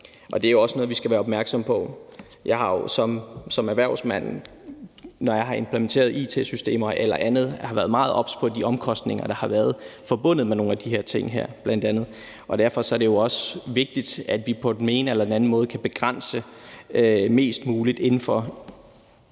Det er også noget, vi skal være opmærksomme på. Jeg har jo som erhvervsmand, når jeg har implementeret it-systemer eller andet, været meget obs på de omkostninger, der har været forbundet med bl.a. nogle af de ting her. Derfor er det jo også vigtigt, at vi på den ene eller anden måde kan begrænse det mest muligt inden for